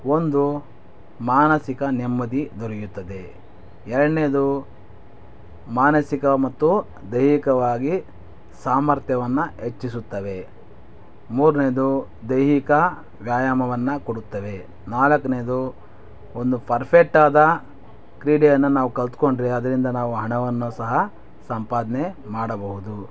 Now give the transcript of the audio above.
ಒಂದು ಮಾನಸಿಕ ನೆಮ್ಮದಿ ದೊರೆಯುತ್ತದೆ ಎರಡನೇದು ಮಾನಸಿಕ ಮತ್ತು ದೈಹಿಕವಾಗಿ ಸಾಮರ್ಥ್ಯವನ್ನು ಹೆಚ್ಚಿಸುತ್ತವೆ ಮೂರನೇದು ದೈಹಿಕ ವ್ಯಾಯಾಮವನ್ನು ಕೊಡುತ್ತವೆ ನಾಲ್ಕನೇದು ಒಂದು ಪರ್ಫೆಟ್ಟಾದ ಕ್ರೀಡೆಯನ್ನು ನಾವು ಕಲಿತ್ಕೊಂಡ್ರೆ ಅದರಿಂದ ನಾವು ಹಣವನ್ನು ಸಹ ಸಂಪಾದನೆ ಮಾಡಬಹುದು